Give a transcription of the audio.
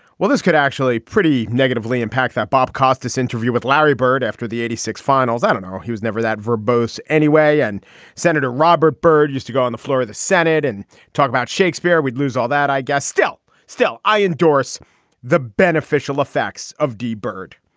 well, this could actually pretty negatively impact that bob costas interview with larry bird after the eighty six finals. i don't know. he was never that verbose anyway. and senator robert byrd used to go on the floor senate and talk about shakespeare. we'd lose all that, i guess. still. still. i endorse the beneficial effects of d byrd.